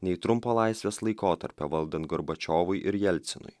nei trumpo laisvės laikotarpio valdant gorbačiovui ir jelcinui